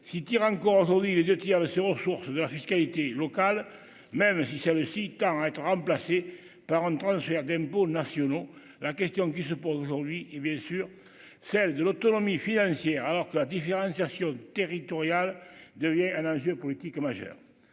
si tire encore aujourd'hui les 2 tiers de ses ressources de la fiscalité locale, même si c'est le site en être remplacé par un transfert d'impôts nationaux, la question qui se pose aujourd'hui est bien sûr celle de l'autonomie financière, alors que la différenciation territoriale devient un enjeu politique majeur,